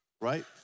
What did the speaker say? Right